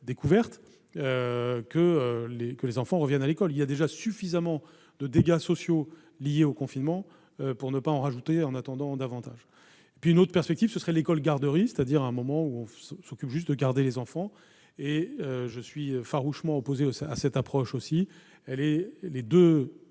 découverte, pour que les enfants reviennent à l'école. Il y a déjà suffisamment de dégâts sociaux liés au confinement pour ne pas en ajouter en attendant davantage. Une autre perspective serait l'école « garderie », un moment où l'on s'occupe juste de garder les enfants. Je suis farouchement opposé à cette approche également. Les deux